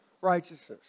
righteousness